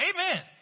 Amen